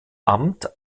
amt